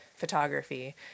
photography